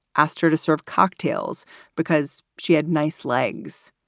asked her to serve cocktails because she had nice legs.